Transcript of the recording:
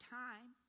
time